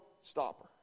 stopper